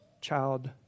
child